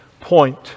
point